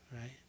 Right